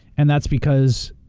and that's because,